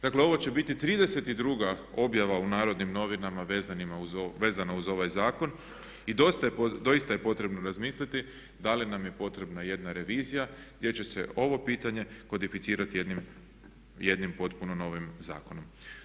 Dakle ovo će biti 32 objava u Narodnim novinama vezana uz ovaj zakon i doista je potrebno razmisliti da li nam je potrebna jedna revizija gdje će se ovo pitanje kodificirati jednim potpuno novim zakonom.